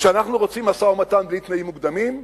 שאנחנו רוצים משא-ומתן בלי תנאים מוקדמים?